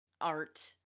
art